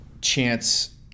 chance